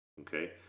Okay